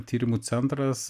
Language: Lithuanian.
tyrimų centras